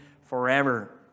forever